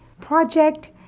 project